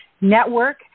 network